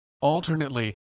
Alternately